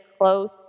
close